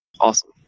Awesome